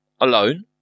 alone